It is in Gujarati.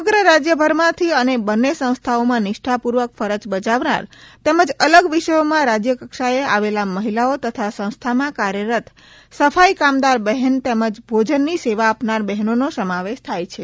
સમગ્ર રાજ્યભરમાંથી અને બંને સંસ્થાઓમાં નિષ્ઠાપૂર્વક ફરજ બજાવનાર તેમજ અલગ વિષયોમાં રાજ્યકક્ષાએ આવેલા મહિલાઓ તથા સંસ્થામાં કાર્યરત સફાઈ કામદાર બહેન તેમજ ભોજન ની સેવા આપનાર બહેનોનો સમાવેશ થાય છે